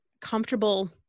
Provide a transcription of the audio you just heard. comfortable